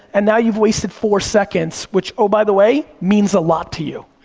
and now you've wasted four seconds, which, oh, by the way, means a lot to you.